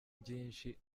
byinshi